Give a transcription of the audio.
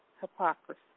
Hypocrisy